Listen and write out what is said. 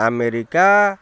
America